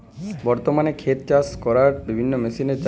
বর্তমানে ক্ষেত চষার বিভিন্ন মেশিন এর চাহিদা অনুযায়ী দর কেমন?